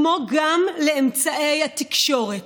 כמו גם לאמצעי התקשורת: